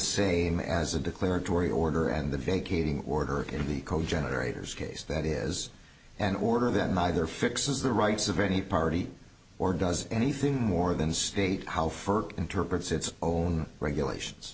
same as a declaratory order and the vacating order in the code generators case that is an order that neither fixes the rights of any party or does anything more than state how ferg interprets its own regulations